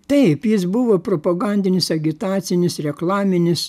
taip jis buvo propagandinis agitacinis reklaminis